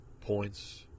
points